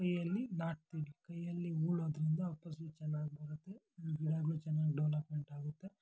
ಕೈಯಲ್ಲಿ ನಾಟ್ತಿವಿ ಕೈಯಲ್ಲಿ ಹೂಳೋದ್ರಿಂದ ಫಸಲು ಚೆನ್ನಾಗಿ ಬರುತ್ತೆ ಬೆಳೆಗಳು ಚೆನ್ನಾಗಿ ಡೆವೆಲಪ್ಮೆಂಟಾಗುತ್ತೆ